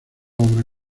obra